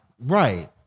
Right